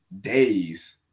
days